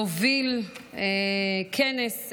להוביל כנס,